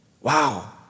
Wow